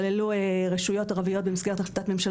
דובר פה הרבה על מגבלות ההולכה של חברת החשמל,